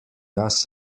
jaz